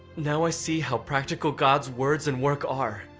now i see how practical god's words and work are.